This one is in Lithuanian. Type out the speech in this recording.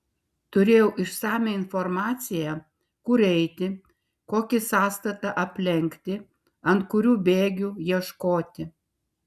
turėjau išsamią informaciją kur eiti kokį sąstatą aplenkti ant kurių bėgių ieškoti